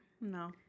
No